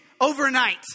overnight